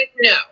No